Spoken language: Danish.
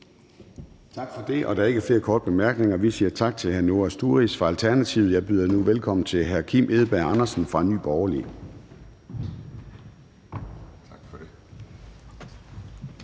Tak for det, og der er ikke flere korte bemærkninger. Vi siger tak til hr. Noah Sturis fra Alternativet. Jeg byder nu velkommen til hr. Kim Edberg Andersen fra Nye Borgerlige.